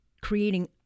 creating